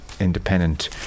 independent